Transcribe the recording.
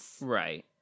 Right